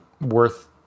worth